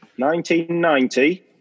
1990